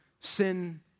Sin